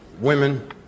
women